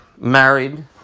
married